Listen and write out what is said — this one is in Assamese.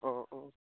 অঁ অঁ